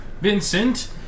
Vincent